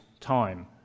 time